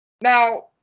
Now